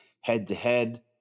head-to-head